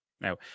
Now